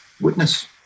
witness